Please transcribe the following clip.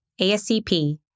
ASCP